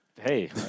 hey